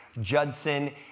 Judson